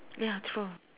ya true